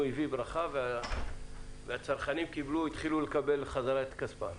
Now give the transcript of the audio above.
הביא ברכה והצרכנים התחילו לקבל חזרה את כספם.